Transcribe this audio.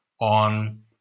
on